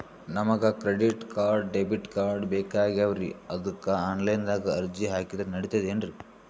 ನಮಗ credit card, debit card ಬೇಕಾಗ್ಯಾವ್ರೀ ಅದಕ್ಕ ಆನಲೈನದಾಗ ಅರ್ಜಿ ಹಾಕಿದ್ರ ನಡಿತದೇನ್ರಿ?